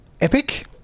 epic